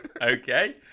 okay